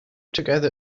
together